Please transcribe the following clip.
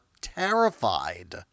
terrified